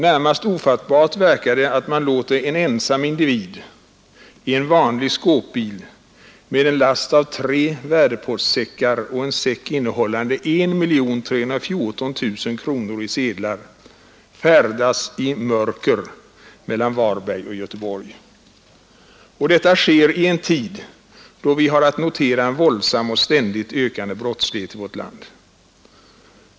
Närmast ofattbart verkar det att man låter en ensam individ i en vanlig skåpbil med en last av tre värdepostsäckar och en säck innehållande 1 314 000 kronor i sedlar färdas i mörker mellan Varberg och Göteborg. Och detta sker i en tid då vi har att notera en våldsam och ständigt ökande brottslighet i vårt land.